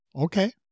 Okay